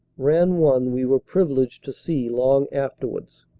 ran one we were privileged to see long afterwards.